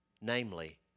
Namely